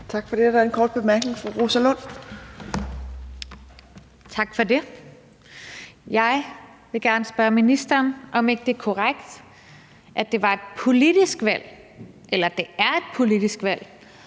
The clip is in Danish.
Tak for det. Jeg vil gerne spørge ministeren, om det ikke er korrekt, at det er et politisk valg at løse